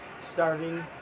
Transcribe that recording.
starting